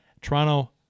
Toronto